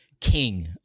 king